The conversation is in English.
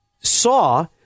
Saw